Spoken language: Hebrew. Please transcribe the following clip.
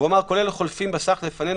ועוד אמר: "כל אלה חולפים בסך לפנינו